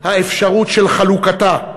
של חלוקתה,